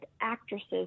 actresses